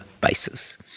basis